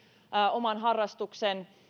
oman harrastuksen